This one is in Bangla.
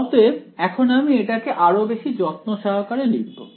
অতএব এখন আমি এটাকে আরো বেশি যত্ন সহকারে লিখব